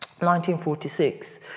1946